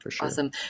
Awesome